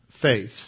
faith